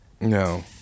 No